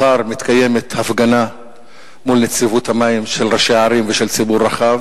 מחר מתקיימת הפגנה של ראשי ערים ושל ציבור רחב